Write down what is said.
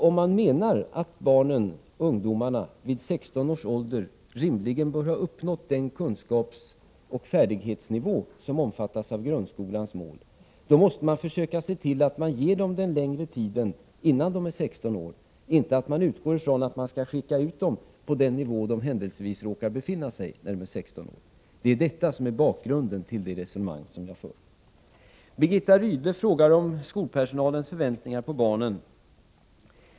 Om man menar att barnen och ungdomarna vid 16 års ålder rimligen bör ha uppnått den kunskapsoch färdighetsnivå som omfattas av grundskolans mål, måste man också försöka se till att ge dem den längre tiden i skolan innan de är 16 år, i stället för att utgå från att de skall skickas ut med de kunskaper de händelsevis råkar ha när de är 16 år. Detta är bakgrunden till det resonemang som jag för. Birgitta Rydle frågar om skolpersonalens förväntningar på barnen.